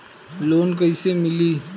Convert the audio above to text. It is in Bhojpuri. लोन कईसे मिली?